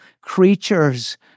creatures